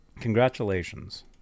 Congratulations